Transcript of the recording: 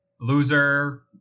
Loser